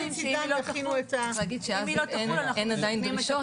צריך להגיד שאז אין עדיין דרישות,